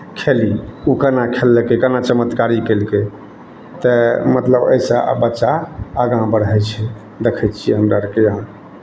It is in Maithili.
खेली ओ केना खेललकै केना चमत्कारी केलकै तऽ मतलब एहिसँ बच्चा आगाँ बढ़ै छै देखै छियै हमरा आरके यहाँ